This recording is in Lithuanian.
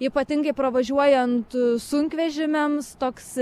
ypatingai pravažiuojant sunkvežimiams toks